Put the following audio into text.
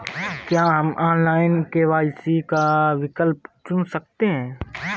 क्या हम online KYC का विकल्प चुन सकते हैं?